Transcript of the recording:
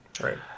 right